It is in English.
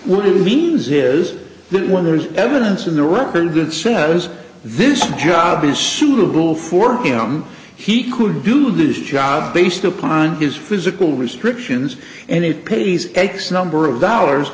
what it means is that when there's evidence in the record that says this job is suitable for him he could do this job based upon his physical restrictions and pay these x number of dollars